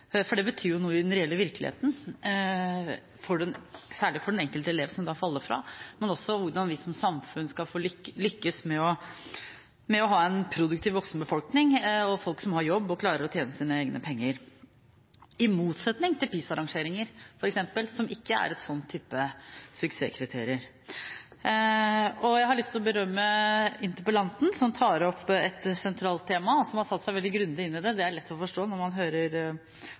for dette betyr jo noe i den reelle virkeligheten – særlig for den enkelte elev som faller fra, men også for hvordan vi som samfunn skal lykkes med å ha en produktiv voksenbefolkning og folk som har jobb og klarer å tjene sine egne penger – i motsetning til f.eks. PISA-rangeringer, som ikke er en slik type suksesskriterium. Jeg har lyst til å berømme interpellanten, som tar opp et sentralt tema og som har satt seg veldig grundig inn i det. Det er lett å forstå når man hører